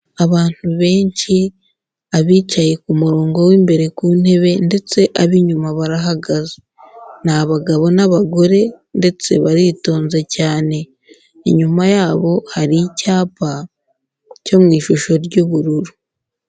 Abantu benshi, abicaye ku murongo w'imbere ku ntebe ndetse ab'inyuma barahagaze, ni abagabo n'abagore ndetse baritonze cyane, inyuma yabo hari icyapa cyo mu ishusho ry'ubururu.